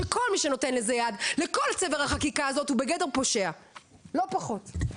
שכל מי שנותן לזה יד לכל צבר החקיקה הזאת הוא בגדר פושע לא פחות.